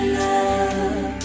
love